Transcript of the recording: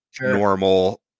Normal